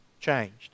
changed